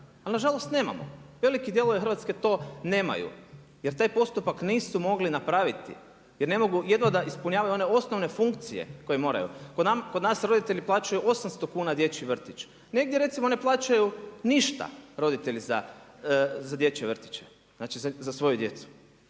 ali nažalost nemamo. Veliki dijelovi Hrvatske to nemaju jer taj postupak nisu mogli napraviti jer ne mogu, jedv da ispunjavaju one osnovne funkcije koje moraju. Kod nas roditelji plaćaju 800 kuna dječji vrtić, negdje recimo ne plaćaju ništa roditelji za dječje vrtiće, znači za svoju djecu,